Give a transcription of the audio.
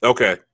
Okay